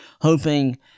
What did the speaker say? Hoping